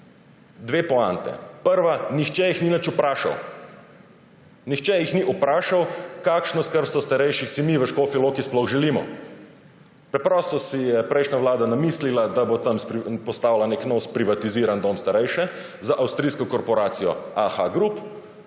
Dve poanti. Prva. Nihče jih ni nič vprašal. Nihče jih ni vprašal, kakšno skrbstvo starejših si mi v Škofja Loki sploh želimo. Preprosto si je prejšnja vlada namislila, da bo tam postavila nek nov sprivatiziran dom za starejše z avstrijsko korporacijo Aha Gruppe